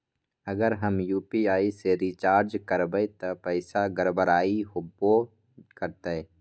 अगर हम यू.पी.आई से रिचार्ज करबै त पैसा गड़बड़ाई वो करतई?